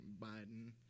Biden